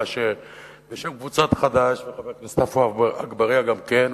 אלא שבשם קבוצת חד"ש וחבר הכנסת עפו אגבאריה גם כן,